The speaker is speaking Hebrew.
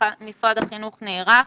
משרד החינוך נערך לזה.